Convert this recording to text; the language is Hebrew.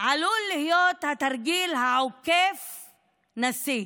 עלול להיות תרגיל עוקף-נשיא.